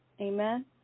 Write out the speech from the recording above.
amen